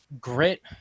grit